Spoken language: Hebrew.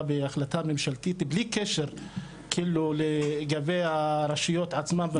בהחלטה ממשלתית בלי קשר לרשויות עצמן.